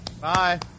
bye